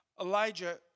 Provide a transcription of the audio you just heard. Elijah